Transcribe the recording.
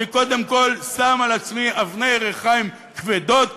אני קודם כול שם על עצמי אבני ריחיים כבדות